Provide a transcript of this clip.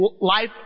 life